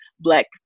black